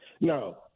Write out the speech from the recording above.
No